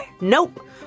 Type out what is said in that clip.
Nope